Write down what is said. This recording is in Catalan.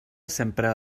sempre